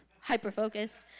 hyper-focused